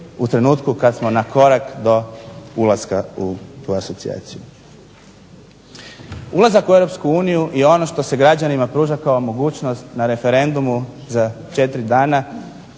u trenutku kad smo na korak do ulaska u tu asocijaciju. Ulazak u Europsku uniju je ono što se građanima pruža kao mogućnost na referendumu za 4 dana